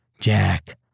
Jack